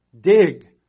Dig